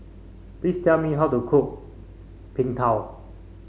please tell me how to cook Png Tao